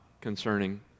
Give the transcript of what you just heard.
concerning